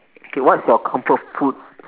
okay what's your comfort food